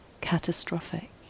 catastrophic